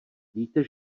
víte